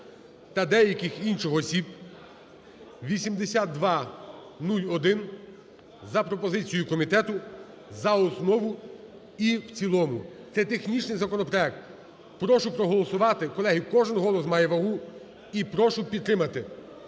та деяких інших осіб (8201) за пропозицією комітету за основу і в цілому. Це технічний законопроект. Прошу проголосувати, колеги, кожен голос має вагу, і прошу підтримати.